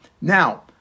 Now